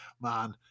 man